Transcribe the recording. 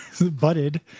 butted